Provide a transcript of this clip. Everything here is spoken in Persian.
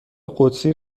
قدسی